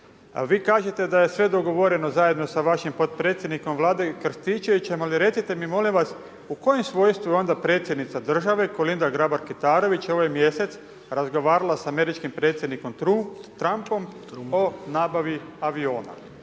Vi kažete da je sve dogovoreno zajedno s vašim potpredsjednikom vlade Krstičevićem, ali, recite mi molim vas, u kojem svojstvu je onda predsjednica države, Kolinda Grabar Kitarović ovaj mjesec razgovarala s američkom predsjednikom Trumpom, o nabavi aviona.